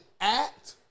act